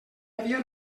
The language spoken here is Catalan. havia